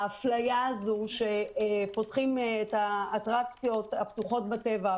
האפליה הזו שפותחים את האטרקציות הפתוחות בטבע,